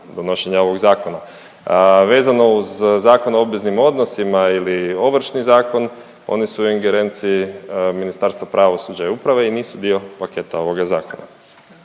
donošenja ovog zakona. Vezano uz Zakon o obveznim odnosima ili Ovršni zakon oni su u ingerenciji Ministarstva pravosuđa i uprave i nisu dio paketa ovoga zakona.